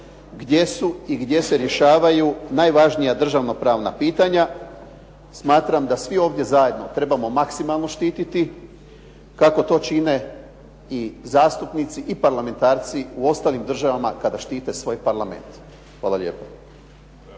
gdje su i gdje se rješavaju najvažnija državno-pravna pitanja, smatram da svi ovdje zajedno trebamo maksimalno štititi kako to čine i zastupnici i parlamentarci u ostalim državama kada štite svoj Parlament. Hvala lijepo.